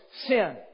Sin